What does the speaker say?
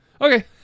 Okay